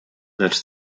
lecz